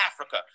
africa